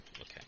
Okay